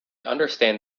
understand